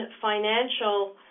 financial